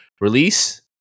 Release